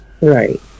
Right